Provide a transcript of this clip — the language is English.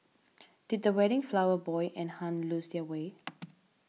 did the wedding flower boy and Hun lose their way